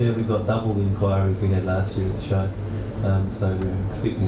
we've got double the enquiries we had last year at the show. so